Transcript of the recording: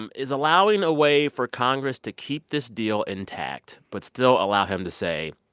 um is allowing a way for congress to keep this deal intact but still allow him to say,